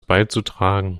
beizutragen